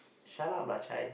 shut up lah Chai